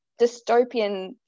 dystopian